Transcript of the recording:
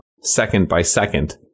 second-by-second